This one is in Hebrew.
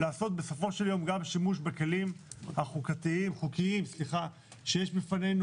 לעשות בסופו של יום גם שימוש בכלים החוקיים שיש לנו,